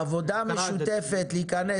עבודה משותפת להיכנס.